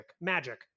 Magic